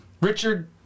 Richard